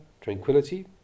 tranquility